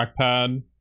trackpad